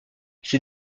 ses